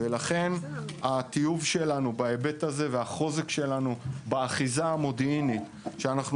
ולכן הטיוב שלנו בהיבט הזה והצורך שלנו באחיזה המודיעינית שאנחנו